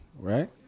right